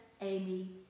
Amy